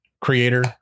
creator